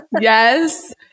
Yes